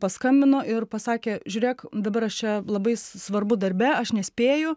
paskambino ir pasakė žiūrėk dabar aš čia labai svarbu darbe aš nespėju